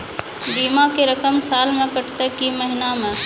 बीमा के रकम साल मे कटत कि महीना मे?